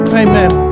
amen